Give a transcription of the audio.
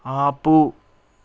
ఆపు